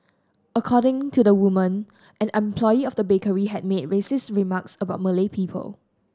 according to the woman an employee of the bakery had made racist remarks about Malay people